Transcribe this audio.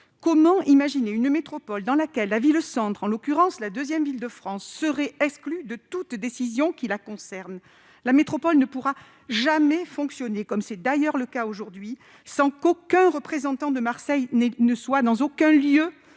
Comment imaginer une métropole dans laquelle la ville-centre, en l'occurrence la deuxième ville de France, serait exclue de toute décision qui la concerne ? La métropole ne pourra jamais fonctionner- il en est ainsi aujourd'hui -sans aucun représentant de Marseille dans des lieux